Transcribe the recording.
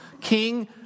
King